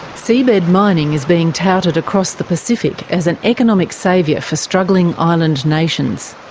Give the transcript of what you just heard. seabed mining is being touted across the pacific as an economic saviour for struggling island nations.